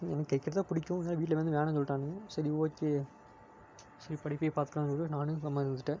எனக்கு கிரிக்கெட்டு தான் பிடிக்கும் ஆனால் வீட்டில் வந்து வேணாம்னு சொல்லிட்டாங்க சரி ஓகே சரி படிப்பே பார்த்துக்கலானு சொல்லிட்டு நானும் கம்முனு இருந்துவிட்டேன்